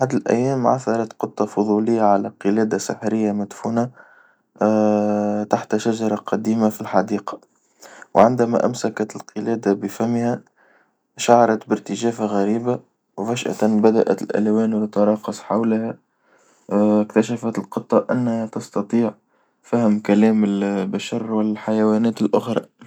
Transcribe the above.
في أحد الأيام عثرت قطة فضولية على قلادة سحرية مدفونة تحت شجرة قديمة في الحديقة، وعندما أمسكت القلادة بفمها شعرت بارتجافة غريبة وفجأة بدأت الألوان تتراقص حولها كتشفت القطة إنها تستطيع فهم كلام البشر والحيوانات الأخرى.